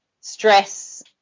stress